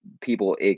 people